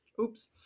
Oops